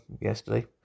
yesterday